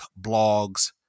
Blogs